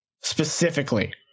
Specifically